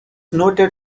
noted